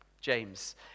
James